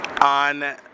On